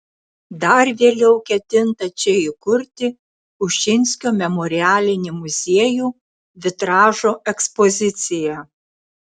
dar vėliau ketinta čia įkurti ušinsko memorialinį muziejų vitražo ekspoziciją